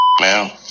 man